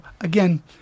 again